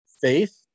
faith